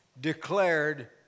declared